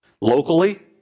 locally